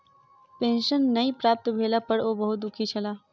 pension नै प्राप्त भेला पर ओ बहुत दुःखी छला